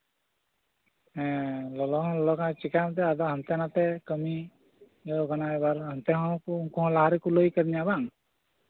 ᱦᱮᱸ ᱞᱚᱞᱚ ᱦᱚᱸ ᱞᱚᱞᱚ ᱠᱟᱱᱟ ᱪᱮᱠᱟᱭᱟᱢ ᱮᱱᱛᱮᱛ ᱦᱟᱱᱛᱮ ᱱᱟᱛᱮ ᱠᱟᱢᱤ ᱤᱭᱟᱹᱣ ᱟᱠᱟᱱᱟ ᱮᱵᱟᱨ ᱦᱟᱱᱛᱮ ᱦᱚᱸ ᱩᱱᱠᱩ ᱞᱟᱦᱟ ᱨᱮᱠᱚ ᱞᱟᱹᱭ ᱠᱟᱹᱫᱤᱧᱟ ᱵᱟᱝ